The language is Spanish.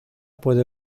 puede